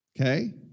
Okay